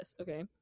okay